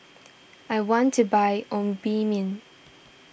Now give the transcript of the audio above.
I want to buy Obimin